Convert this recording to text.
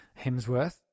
Hemsworth